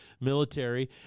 military